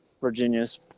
Virginia's